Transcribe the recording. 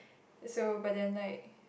so but then like